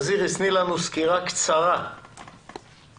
איריס, תני לנו סקירה קצרה היכן